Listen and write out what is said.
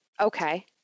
Okay